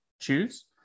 choose